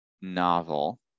novel